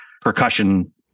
percussion